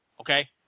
Okay